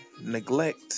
neglect